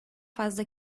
fazla